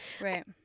Right